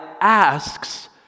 asks